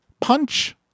punch